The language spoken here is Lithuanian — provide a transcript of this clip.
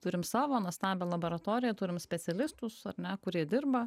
turim savo nuostabią laboratoriją turim specialistus ar ne kurie dirba